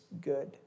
good